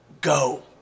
go